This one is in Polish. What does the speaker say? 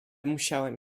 musiałem